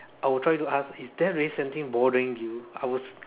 I would try to ask is there really something bothering you I would